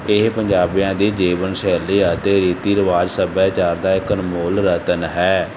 ਇਹ ਪੰਜਾਬੀਆਂ ਦੀ ਜੀਵਨ ਸ਼ੈਲੀ ਅਤੇ ਰੀਤੀ ਰਿਵਾਜ਼ ਸੱਭਿਆਚਾਰ ਦਾ ਇਕ ਅਨਮੋਲ ਰਤਨ ਹੈ